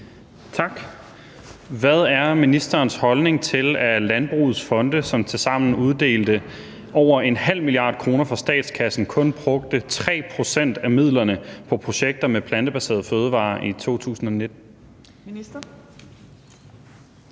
Hvad er ministerens holdning til, at landbrugets fonde, som tilsammen uddelte over 0,5 mia. kr. fra statskassen, kun brugte 3 pct. af midlerne på projekter med plantebaserede fødevarer i 2019?